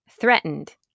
threatened